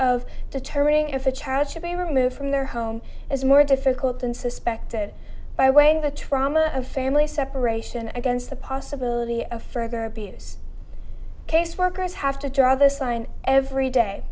of determining if a child should be removed from their home is more difficult than suspected by weighing the trauma of family separation against the possibility of further abuse caseworkers have to draw this line every day